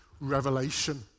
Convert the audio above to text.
revelation